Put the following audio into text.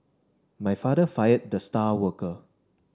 my father fired the star worker